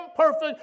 imperfect